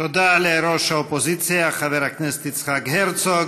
תודה לראש האופוזיציה, חבר הכנסת יצחק הרצוג.